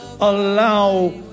allow